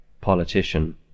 politician